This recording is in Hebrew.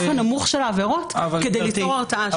הנמוך של העבירות כדי ליצור הרתעה שם.